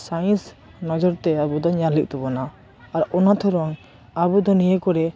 science ᱱᱚᱡᱚᱨᱛᱮ ᱟᱵᱚ ᱫᱚ ᱧᱮᱞ ᱦᱩᱭᱩᱜ ᱛᱟᱵᱚᱱᱟ ᱟᱨ ᱚᱱᱟ ᱛᱮᱲᱚᱝ ᱟᱵᱚ ᱫᱚ ᱱᱤᱭᱟᱹ ᱠᱚᱨᱮ